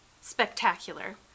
spectacular